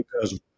cousin